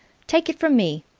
take it from me!